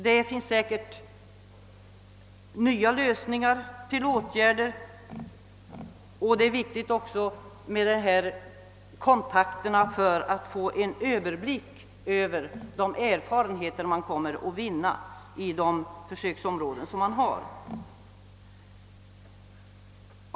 Det finns säkert nya lösningar som man kan komma fram till. Kontakterna är också viktiga för att man skall få en överblick över de erfarenheter man vinner i försöksområdena.